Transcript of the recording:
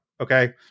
okay